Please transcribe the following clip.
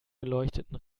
beleuchteten